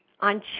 on